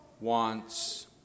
wants